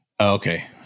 Okay